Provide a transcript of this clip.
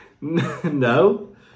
No